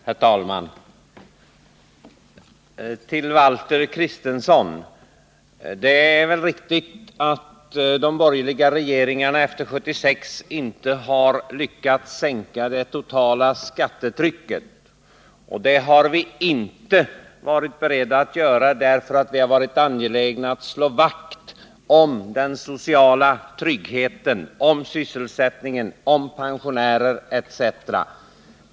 Herr talman! Till Valter Kristenson: Det är väl riktigt att de borgerliga regeringarna efter 1976 inte har lyckats sänka det totala skattetrycket. Det har vi inom regeringspartierna inte varit beredda att göra därför att vi har varit angelägna att slå vakt om den sociala tryggheten, sysselsättningen, pensionärernas villkor etc.